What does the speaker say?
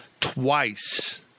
Twice